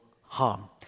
harm